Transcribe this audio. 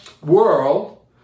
world